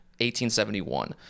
1871